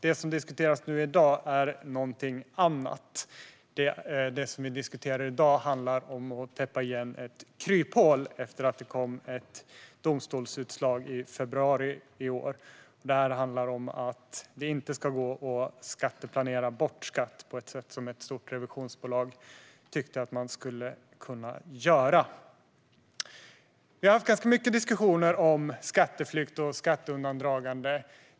Det som diskuteras i dag är något annat, nämligen att täppa igen ett kryphål efter ett domstolsutslag i februari i år. Nu ska det inte gå att skatteplanera bort skatt på ett sätt som ett stort revisionsbolag tyckte att man skulle kunna göra. Det har varit mycket diskussioner om skatteflykt och skatteundandragande.